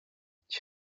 cyo